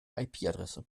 adresse